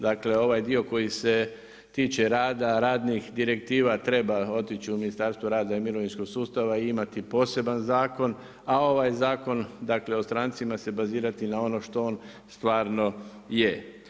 Dakle, ovaj dio koji se tiče rada, radnih direktiva treba otići u Ministarstvo rada i mirovinskog sustava i imati poseban zakon, a ovaj zakon, dakle o strancima se bazirati na ono što on stvarno je.